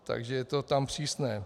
Takže je to tam přísné.